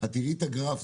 את תראי את הגרף,